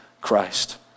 Christ